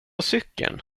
cykeln